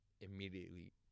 immediately